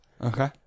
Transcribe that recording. Okay